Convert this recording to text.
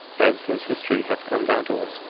as his history hath come down to us.